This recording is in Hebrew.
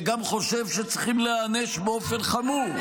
וגם חושב שצריכים להיענש באופן חמור.